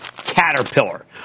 Caterpillar